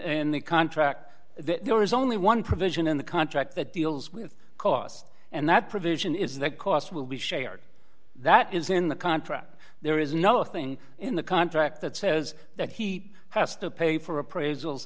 in the contract there is only one provision in the contract that deals with cost and that provision is that cost will be shared that is in the contract there is nothing in the contract that says that he has to pay for appraisals